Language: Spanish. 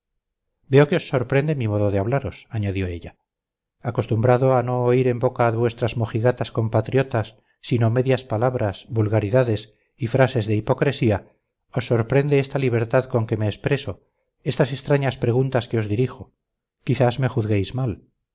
veo que os sorprende mi modo de hablaros añadió ella acostumbrado a no oír en boca de vuestras mojigatas compatriotas sino medias palabras vulgaridades y frases de hipocresía os sorprende esta libertad con que me expreso estas extrañas preguntas que os dirijo quizás me juzguéis mal